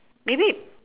maybe